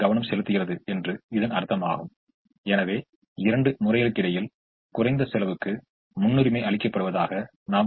எனவே இந்த தீர்வு உகந்ததாக இல்லாவிட்டால் அது ஒதுக்கப்படாத நிலையில் குறைந்தபட்சம் ஒரு ஒதுக்கீட்டைக் கொண்டிருக்க வேண்டும்